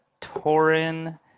Torin